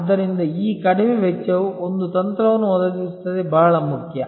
ಆದ್ದರಿಂದ ಈ ಕಡಿಮೆ ವೆಚ್ಚವು ಒಂದು ತಂತ್ರವನ್ನು ಒದಗಿಸುತ್ತದೆ ಬಹಳ ಮುಖ್ಯ